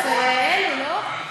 אצל אלי, לא?